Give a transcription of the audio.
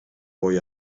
voy